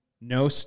no